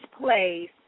place